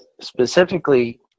specifically